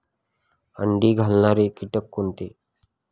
अंडी घालणारे किटक कोणते?